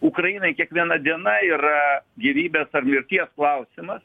ukrainai kiekviena diena yra gyvybės ar mirties klausimas